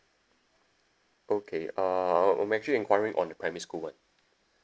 okay uh I'm I'm actually enquiring on the primary school one